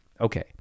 Okay